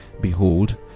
behold